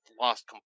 lost